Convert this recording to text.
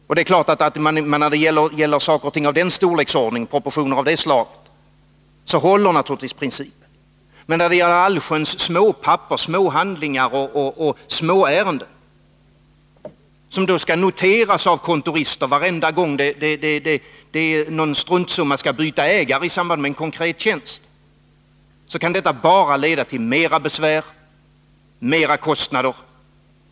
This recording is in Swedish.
Det är alltså klart att när det gäller sådana storleksordningar, proportioner av det slaget, så håller naturligtvis principen. Men när det gäller allsköns småhandlingar och småärenden — som skall noteras av kontorister varenda gång någon struntsumma skall byta ägare i samband med en konkret tjänst — kan systemet bara leda till mer besvär och ökade kostnader.